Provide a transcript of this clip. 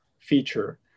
Feature